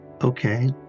Okay